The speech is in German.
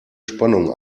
spannung